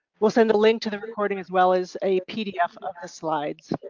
we'll send the link to the recording as well as a pdf of the slides,